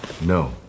No